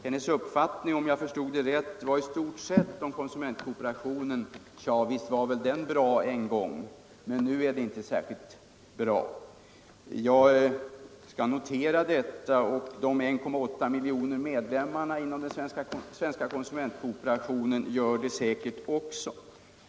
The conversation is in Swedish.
Hennes uppfattning om konsumentkooperationen, om jag förstod rätt, var i stort sett: Tja, visst var den bra en gång, men nu är den inte särskilt bra. Jag noterar detta, och de 1,8 miljonerna medlemmar inom den svenska konsumentkooperationen gör det säkert också.